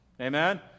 Amen